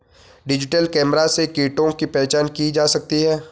digital camera से कीटों की पहचान की जा सकती है